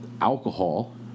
alcohol